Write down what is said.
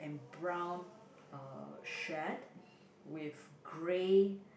and brown uh shed with grey